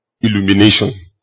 illumination